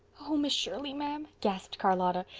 oh, miss shirley, ma'am, gasped charlotta,